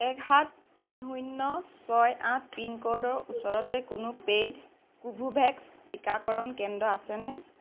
এক সাত তিনি শূন্য ছয় আঠ পিনক'ডৰ ওচৰতে কোনো পেইড কোভোভেক্স টিকাকৰণ কেন্দ্ৰ আছেনে